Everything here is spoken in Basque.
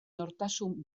nortasun